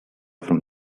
from